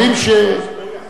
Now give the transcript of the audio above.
אבל הוא יכול לענות.